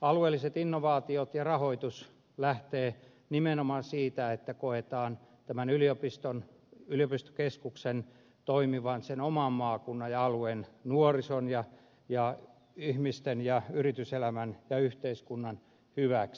alueelliset innovaatiot ja rahoitus lähtevät nimenomaan siitä että koetaan tämän yliopistokeskuksen toimivan sen oman maakunnan ja alueen nuorison ja ihmisten ja yrityselämän ja yhteiskunnan hyväksi